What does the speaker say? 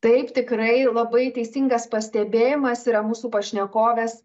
taip tikrai labai teisingas pastebėjimas yra mūsų pašnekovės